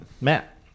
Matt